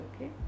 Okay